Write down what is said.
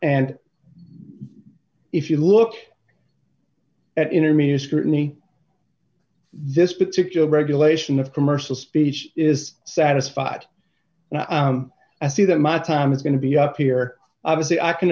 and if you look at intermediate scrutiny this particular regulation of commercial speech is satisfied now as to that my time is going to be up here obviously i can